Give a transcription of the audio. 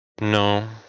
No